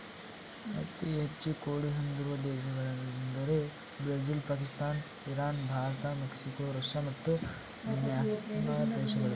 ಅತಿ ಹೆಚ್ಚು ಕೋಳಿ ಹೊಂದಿರುವ ದೇಶಗಳೆಂದರೆ Brazil Pakistan Iran Bharat Mexico Russia ಮತ್ತು ಮ್ಯಾನ್ಮಾರ್ ದೇಶಗಳು